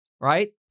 right